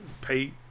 pay